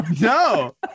No